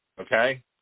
okay